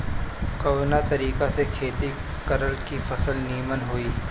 कवना तरीका से खेती करल की फसल नीमन होई?